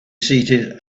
seated